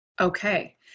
Okay